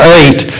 eight